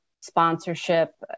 sponsorship